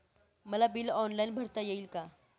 मला bill online भरता येईल का?